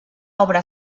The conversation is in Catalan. obra